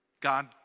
God